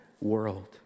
world